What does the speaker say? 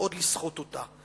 ועוד לסחוט אותה,